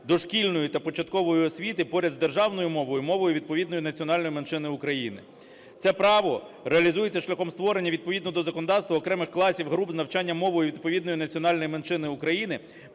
дошкільної та початкової освіти поряд з державною мовою мовою відповідної національної меншини України. Це право реалізується шляхом створення, відповідно до законодавства, окремих класів, груп з навчання мовою відповідної національної меншини України